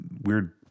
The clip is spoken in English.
weird